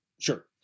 sure